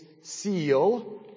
seal